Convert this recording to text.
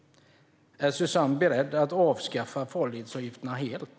Är Suzanne beredd att avskaffa farledsavgifterna helt?